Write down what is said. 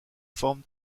forme